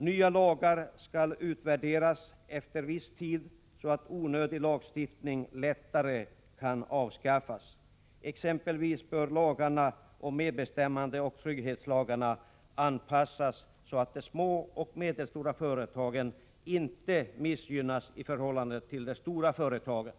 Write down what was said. Nya lagar skall utvärderas efter viss tid, så att onödig lagstiftning lättare kan avskaffas. Exempelvis bör lagarna om medbestämmande och trygghetslagarna anpassas så, att de små och medelstora företagen inte missgynnas i förhållande till de stora företagen.